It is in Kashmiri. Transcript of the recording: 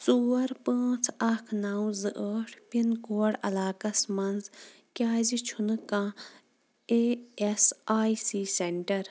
ژور پانٛژھ اَکھ نَو زٕ ٲٹھ پِن کوڈ علاقس منٛز کیٛازِ چھُنہٕ کانٛہہ A S I C centre